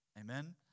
Amen